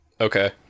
Okay